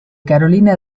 carolina